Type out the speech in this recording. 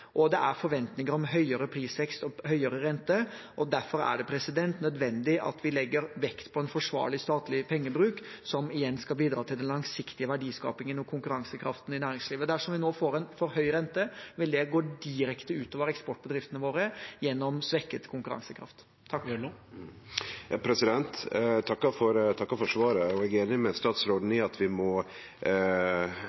og det er forventninger om høyere prisvekst og høyere rente. Derfor er det nødvendig at vi legger vekt på en forsvarlig statlig pengebruk, som igjen skal bidra til den langsiktige verdiskapingen og konkurransekraften i næringslivet. Dersom vi nå får en for høy rente, vil det gå direkte ut over eksportbedriftene våre gjennom svekket konkurransekraft. Eg takkar for svaret, og eg er einig med statsråden